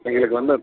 எங்களுக்கு வந்து